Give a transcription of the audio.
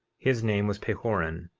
his name was pahoran.